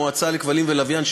המועצה לשידורי כבלים ולוויין,